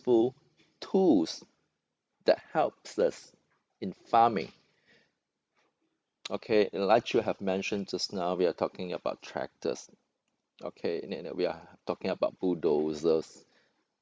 useful tools that helps us in farming okay like you have mentioned just now we are talking about tractors okay and then we are talking about bulldozers